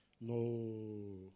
No